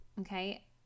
okay